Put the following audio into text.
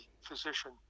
physician